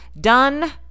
done